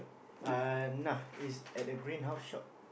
uh nah it's at the grain house shop